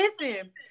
listen